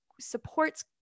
supports